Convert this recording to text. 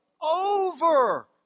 over